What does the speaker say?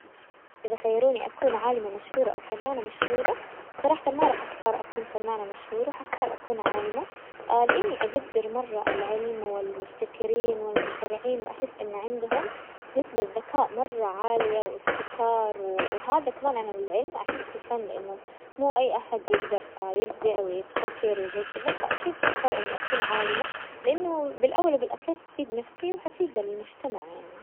اذا خيروني اكون عالمة مشهورة او فنانة مشهورة صراحة ما راح اختار اكون فنانة مشهورة، حختار اكون عالمة، لاني اقدر مرة العلم والمبتكرين والمخترعين واحس ان عندهم نسبة ذكاء مرة عالية وابتكار، وهذا كمان انا للعلم فن لانه مو اي احد يقدر يبدع ويبتكر وزي كذا، فاكيد حختار اني اكون عالمة لانه بالاول وبالاخير حفيد نفسي وحفيد المجتمع يعني.